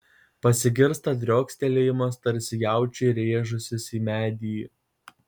pasigirsta driokstelėjimas tarsi jaučiui rėžusis į medį